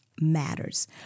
Matters